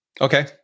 Okay